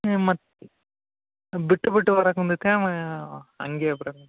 ನೀವು ಮತ್ತೆ ಬಿಟ್ಟು ಬಿಟ್ಟು ಹಾಗೆ ಇದ್ರೆ